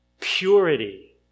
purity